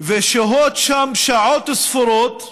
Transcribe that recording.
שוהות שם שעות ספורות,